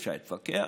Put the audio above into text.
אפשר להתווכח,